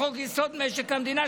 בחוק-יסוד: משק המדינה,